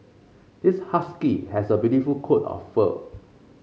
this husky has a beautiful coat of fur